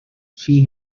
she